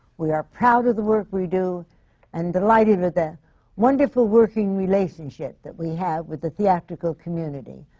we are proud of the work we do and delighted with the wonderful working relationship that we have with the theatrical community,